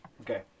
Okay